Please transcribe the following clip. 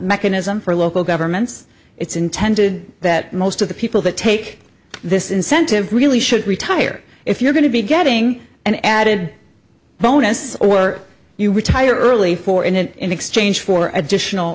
mechanism for local governments it's intended that most of the people that take this incentive really should retire if you're going to be getting an added bonus or you retire early for in an in exchange for